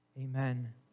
Amen